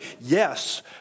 yes